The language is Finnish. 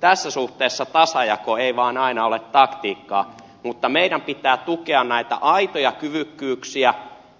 tässä suhteessa tasajako ei vaan aina ole taktiikkaa mutta meidän pitää tukea näitä aitoja kyvykkyyksiä